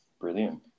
Brilliant